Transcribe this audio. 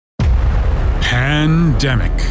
Pandemic